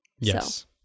Yes